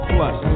Plus